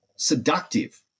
seductive